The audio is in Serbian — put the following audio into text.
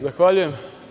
Zahvaljujem.